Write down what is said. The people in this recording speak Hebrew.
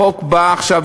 החוק בא עכשיו,